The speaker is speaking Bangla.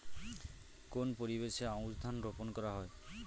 কোন পরিবেশে আউশ ধান রোপন করা হয়?